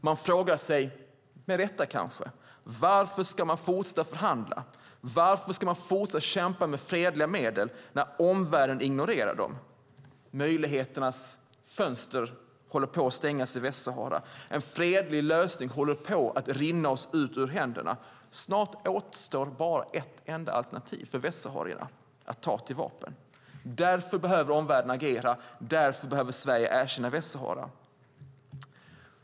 Man frågar sig, med rätta kanske: Varför ska man fortsätta förhandla? Varför ska man fortsätta kämpa med fredliga medel när omvärlden ignorerar dem? Möjligheternas fönster håller på att stängas i Västsahara. En fredlig lösning håller på att rinna oss ur händerna. Snart återstår bara ett enda alternativ för Västsaharierna: att ta till vapen. Därför behöver omvärlden agera. Därför behöver Sverige erkänna Västsahara.